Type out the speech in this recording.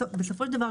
בסופו של דבר,